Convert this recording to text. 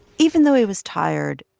even though he was tired,